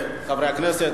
חברי הכנסת,